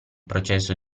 processo